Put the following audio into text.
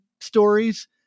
stories